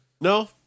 no